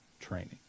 training